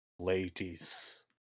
Ladies